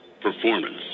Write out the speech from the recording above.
Performance